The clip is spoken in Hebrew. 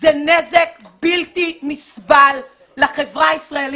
זה נזק בלתי נסבל לחברה הישראלית,